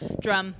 Drum